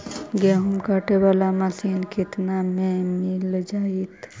गेहूं काटे बाला मशीन केतना में मिल जइतै?